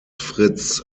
fritz